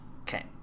okay